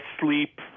sleep